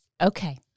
Okay